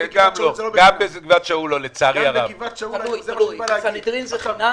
לצערי הרב גם בגבעת שאול זה לא בחינם.